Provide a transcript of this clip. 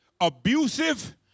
abusive